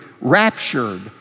raptured